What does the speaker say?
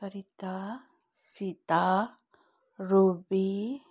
Sarita Sita ruby